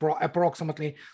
approximately